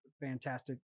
fantastic